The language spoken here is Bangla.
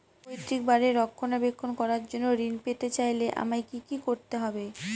পৈত্রিক বাড়ির রক্ষণাবেক্ষণ করার জন্য ঋণ পেতে চাইলে আমায় কি কী করতে পারি?